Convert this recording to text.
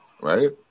Right